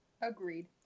Agreed